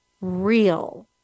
real